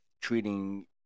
treating